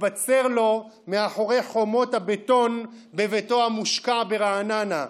מתבצר לו מאחורי חומות הבטון בביתו המושקע ברעננה,